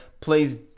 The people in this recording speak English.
please